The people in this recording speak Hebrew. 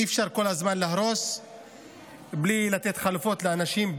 אי-אפשר כל הזמן להרוס בלי לתת חלופות לאנשים,